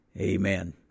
Amen